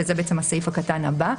וזה הסעיף הקטן הבא.